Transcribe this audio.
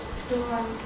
storm